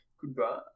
Goodbye